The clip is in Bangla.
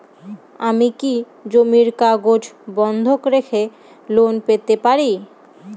আমি কি জমির কাগজ বন্ধক রেখে লোন পেতে পারি?